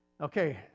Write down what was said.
Okay